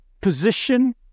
position